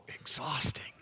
exhausting